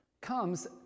comes